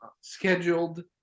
scheduled